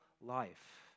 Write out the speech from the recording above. life